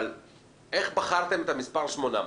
אבל איך בחרתם את המספר 800?